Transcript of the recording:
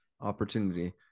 opportunity